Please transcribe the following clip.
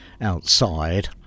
outside